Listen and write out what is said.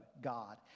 God